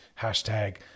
hashtag